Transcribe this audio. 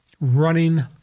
running